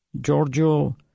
Giorgio